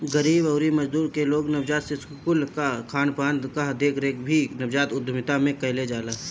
गरीब अउरी मजदूर लोग के नवजात शिशु कुल कअ खानपान कअ देखरेख भी नवजात उद्यमिता में कईल जाला